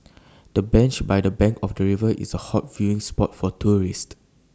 the bench by the bank of the river is A hot viewing spot for tourists